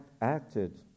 acted